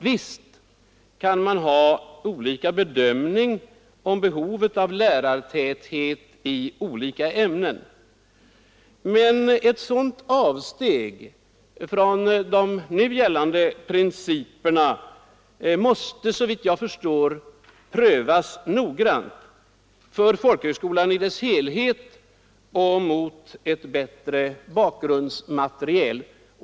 Visst kan man ha skilda bedömningar av behovet av lärartäthet i olika ämnen, men ett sådant avsteg från de nu gällande principerna måste såvitt jag förstår prövas noggrant för folkhögskolan i dess helhet och med ett bättre bakgrundsmaterial.